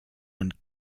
und